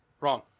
Wrong